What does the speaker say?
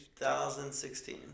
2016